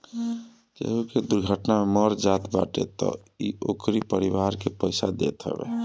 केहू के दुर्घटना में मर जात बाटे तअ इ ओकरी परिवार के पईसा देत हवे